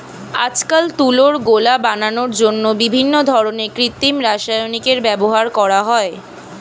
আজকাল তুলোর গোলা বানানোর জন্য বিভিন্ন ধরনের কৃত্রিম রাসায়নিকের ব্যবহার করা হয়ে থাকে